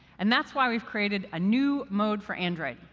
and that's why we've created a new mode for android.